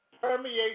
permeate